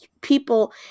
people